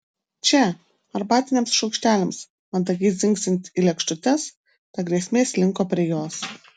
čia arbatiniams šaukšteliams mandagiai dzingsint į lėkštutes ta grėsmė slinko prie jos